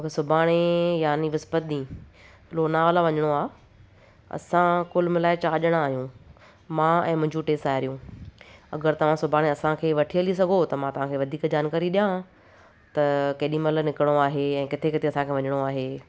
मूंखे सुभाणे यानी विस्पत ॾींहुं लोनावला वञणो आहे असां कुल मिलाए चारि ॼणा आहियूं मां ऐं मुंहिंजियूं टे साहेड़ियूं अगरि तां सुभाणे असांखे वठी हली सघो त मां तव्हांखे वधीक जानकारी ॾियां त केॾी महिल निकिरणो आहे ऐं किथे किथे असांखे वञणो आहे